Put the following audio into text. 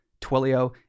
Twilio